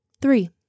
Three